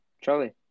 Charlie